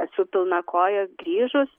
esu pilna koja grįžus